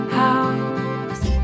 house